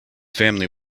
family